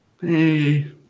hey